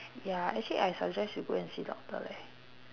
ya actually I suggest you go and see doctor leh